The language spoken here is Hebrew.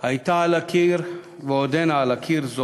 הייתה על הקיר, ועודנה על הקיר, זועקת.